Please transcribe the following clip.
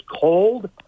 cold